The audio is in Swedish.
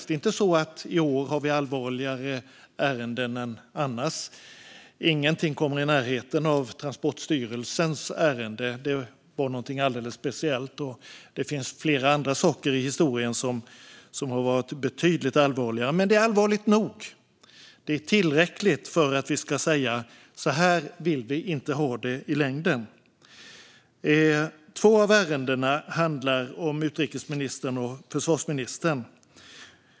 Det är inte så att vi i år har allvarligare ärenden än annars - ingenting kommer i närheten av ärendet om Transportstyrelsen, som var något alldeles speciellt, men det finns flera andra saker i historien som har varit betydligt allvarligare - men de är allvarliga nog. Det är tillräckligt för att vi ska säga: Så här vill vi inte ha det i längden. Två av ärendena handlar om utrikesministern och försvarsministern.